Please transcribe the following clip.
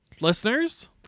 listeners